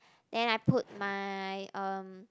then I put my um